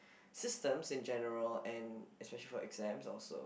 systems in general and especially for exams also